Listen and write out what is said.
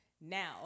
Now